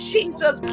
Jesus